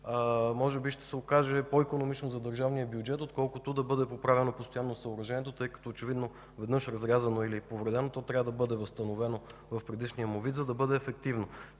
може би ще се окаже по-икономично за държавния бюджет, отколкото да бъде поправяно постоянно съоръжението, тъй като очевидно веднъж разрязано или повредено, то трябва да бъде възстановено в предишния му вид, за да бъде ефективно.